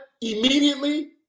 Immediately